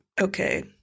okay